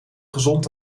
gezond